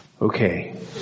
Okay